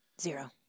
Zero